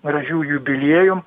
gražiu jubiliejum